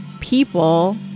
people